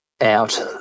out